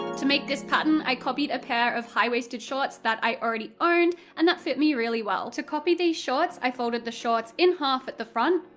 to make this pattern, i copied a pair of high-waisted shorts that i already owned, and that fit me really well. to copy these shorts, i folded the shorts in half at the front,